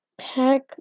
Pack